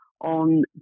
on